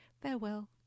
Farewell